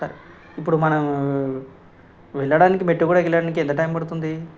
sir ఇప్పుడు మనం వెళ్లడానికి మెట్టుగూడా వెళ్ళడానికి ఎంత టైం పడుతుంది